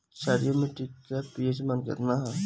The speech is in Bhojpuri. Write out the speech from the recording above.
क्षारीय मीट्टी का पी.एच मान कितना ह?